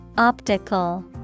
Optical